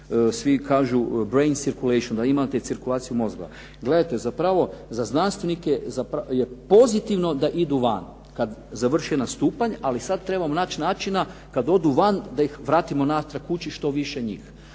svi kažu brain cirkualition, a imate i cirkulaciju mozgova. Gledajte zapravo za znanstvenike je pozitivno da idu van, kad završe nastupanje, ali sad trebamo naći načina kad odu van da ih vratimo natrag kući što više njih,